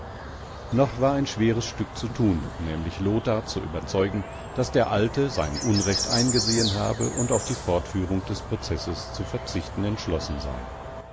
noch war ein schweres stück zu tun nämlich lothar zu überzeugen daß der alte sein unrecht eingesehen habe und auf die fortführung des prozesses zu verzichten entschlossen sei